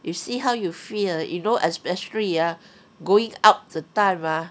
you see how you fear you know especially ah going out the time ah